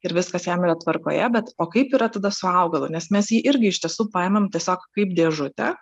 ir viskas jam yra tvarkoje bet o kaip yra tada su augalo nes mes jį irgi iš tiesų paimam tiesiog kaip dėžutę